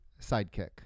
Sidekick